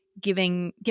giving